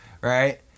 right